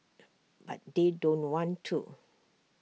Pu but they don't want to